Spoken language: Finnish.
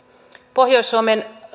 pohjois suomen